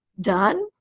done